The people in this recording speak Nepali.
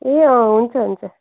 ए अँ हुन्छ हुन्छ